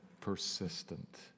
persistent